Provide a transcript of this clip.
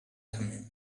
thummim